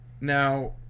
Now